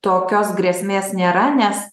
tokios grėsmės nėra nes